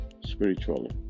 spiritually